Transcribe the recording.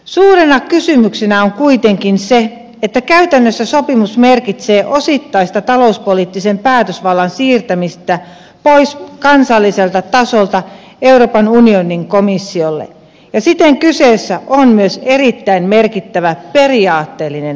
suurena kysymyksenä on kuitenkin se että käytännössä sopimus merkitsee osittaista talouspoliittisen päätösvallan siirtämistä pois kansalliselta tasolta euroopan unionin komissiolle ja siten kyseessä on myös erittäin merkittävä periaatteellinen ratkaisu